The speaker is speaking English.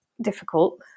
difficult